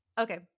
okay